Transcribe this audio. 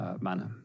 manner